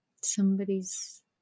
Somebody's